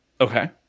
Okay